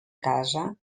casa